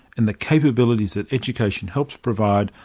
and the capabilities that education helps provide,